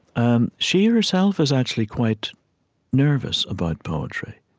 and she herself is actually quite nervous about poetry.